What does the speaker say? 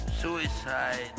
suicide